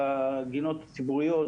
בגינות הציבוריות,